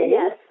yes